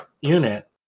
unit